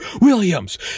Williams